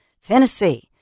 Tennessee